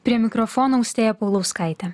prie mikrofono austėja paulauskaitė